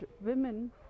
women